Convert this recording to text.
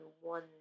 one